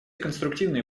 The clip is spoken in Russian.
конструктивные